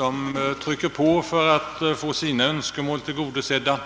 om bankarna trycker på för att få sina önskemål tillgodosedda.